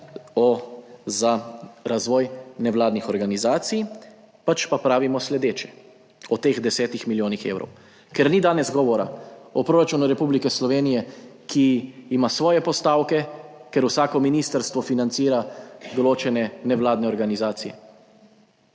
za razvoj nevladnih organizacij, pač pa pravimo sledeče, o teh desetih milijonih evrov. Ker ni danes govora o proračunu Republike Slovenije, ki ima svoje postavke, ker vsako ministrstvo financira določene nevladne organizacije,